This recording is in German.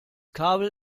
kabel